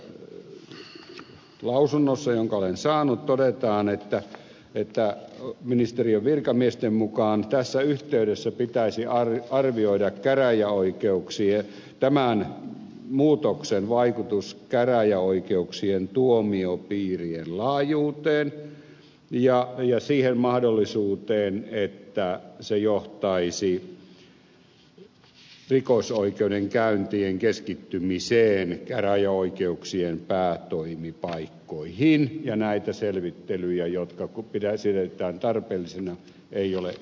tässä lausunnossa jonka olen saanut todetaan että ministeriön virkamiesten mukaan tässä yhteydessä pitäisi arvioida tämän muutoksen vaikutus käräjäoikeuksien tuomiopiirien laajuuteen ja se mahdollisuus että se johtaisi rikosoikeudenkäyntien keskittymiseen käräjäoikeuksien päätoimipaikkoihin ja näitä selvittelyjä joita pitäisin erittäin tarpeellisina ei ole ehditty tehdä